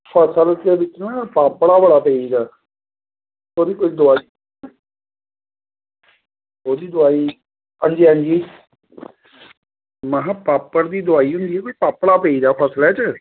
फसला बिच्च पापड़ा बड़ा पेई दा ओह्दी कोई दोआई दोआई हां जी हां जी महां पापड़ दी दोआई होंदी कोई पापड़ा पेई दा फसला च